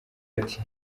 ati